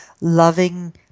loving